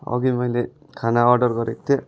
अघि मैले खाना अर्डर गरेको थिएँ